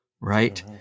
right